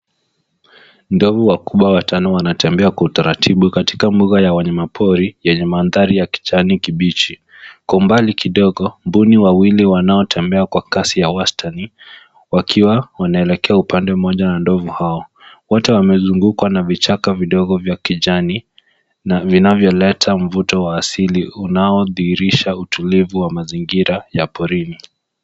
Ndovu wakubwa watano wanatembea kwa utaratibu katika mbuga ya wanyamapori yenye mandhari ya kijani kibichi. Kwa umbali kidogo mbuni wawili wanaotembea kwa kasi ya wastani wakiwa wanaelekea upande mmoja na ndovu hao. Wote wamezungukwa na vichaka vidogo vya kijani na vinavyoleta mvuto wa asili unaodhihirisha utulivu wa mazingira ya porini.